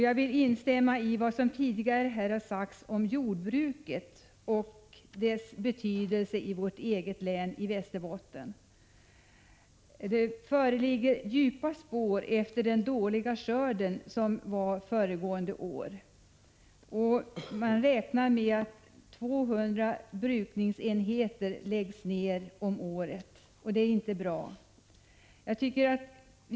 Jag vill instämma i vad som tidigare har sagts om jordbruket och dess betydelse i vårt län Västerbotten. Det finns djupa spår efter den dåliga skörden föregående år. Man räknar med att 200 brukningsenheter läggs ner varje år, och det är inte bra.